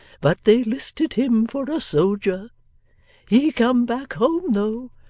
but they listed him for a so'ger he come back home though,